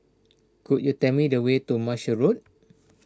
could you tell me the way to Marshall Road